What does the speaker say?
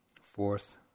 fourth